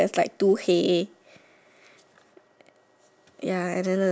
ya and then the white colour shirt guy hands up